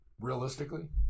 realistically